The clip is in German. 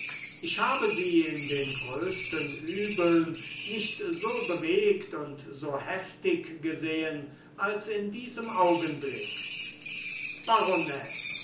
ich habe sie in den größten übeln nicht so bewegt und so heftig gesehen als in diesem augenblick